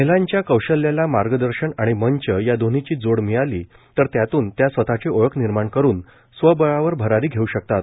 महिलांच्या कौशल्याला मार्गदर्शन आणि मंच या दोन्हीची जोड मिळाली तर त्यातून त्या स्वतची ओळख निर्माण करून स्वबळावर भरारी घेऊ शकतात